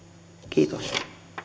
kiitos